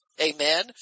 Amen